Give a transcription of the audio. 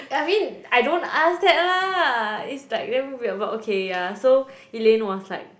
I mean I don't ask that lah it's like damn weird but okay yeah so Elaine was like